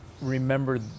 remember